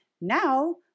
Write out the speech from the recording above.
Now